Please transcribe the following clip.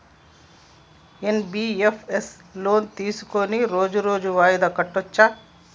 NBFS లో loan తీస్కొని రోజు రోజు వాయిదా కట్టచ్ఛా?